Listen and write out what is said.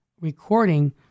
recording